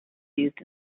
used